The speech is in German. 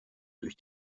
durch